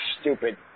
stupid